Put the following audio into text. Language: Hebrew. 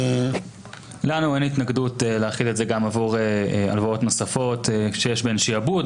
לנו אין התנגדות להחיל את זה גם עבור הלוואות נוספות שיש בהן שעבוד,